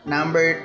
Number